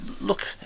look